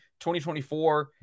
2024